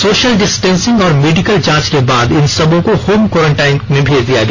social distancing और medical जांच के बाद इन सबों को होम कोरोनटाईन में भेज दिया गया